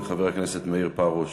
חבר הכנסת מאיר פרוש,